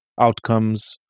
outcomes